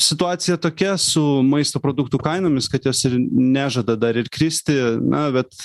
situacija tokia su maisto produktų kainomis kad jos ir nežada dar ir kristi na bet